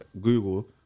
Google